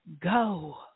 go